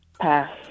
Pass